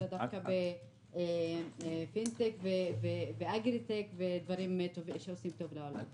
אלא דווקא פינטק ואגילטק ודברים שעושים טוב לעולם.